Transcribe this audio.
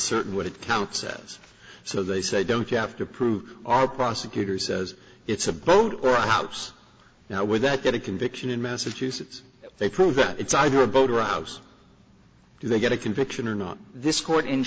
certain what it counts says so they said don't you have to prove our prosecutor says it's a boat or a house now would that get a conviction in massachusetts they prove that it's either or both rouse do they get a conviction or not this court